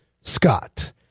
Scott